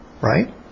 Right